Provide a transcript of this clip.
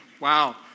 Wow